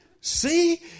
see